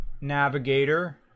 navigator